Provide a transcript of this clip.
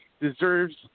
deserves